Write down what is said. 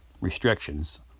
restrictions